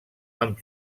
amb